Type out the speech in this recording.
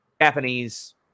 japanese